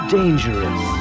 dangerous